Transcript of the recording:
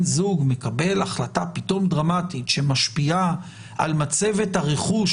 זוג מקבל החלטה פתאומית ודרמטית שמשפיעה על מצבת הרכוש